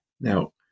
Now